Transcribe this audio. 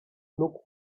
look